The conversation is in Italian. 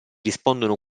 rispondono